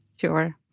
Sure